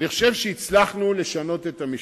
אני חושב שהצלחנו לשנות את המשוואה.